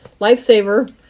Lifesaver